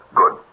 good